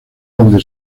donde